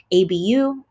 abu